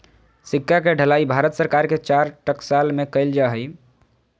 सिक्का के ढलाई भारत सरकार के चार टकसाल में कइल जा हइ